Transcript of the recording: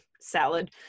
salad